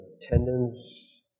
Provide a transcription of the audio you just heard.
tendons